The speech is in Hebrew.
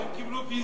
הם קיבלו ויזה?